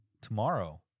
tomorrow